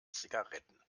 zigaretten